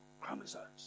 chromosomes